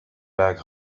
back